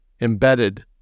embedded